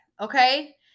okay